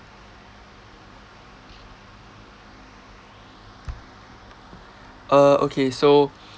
uh okay so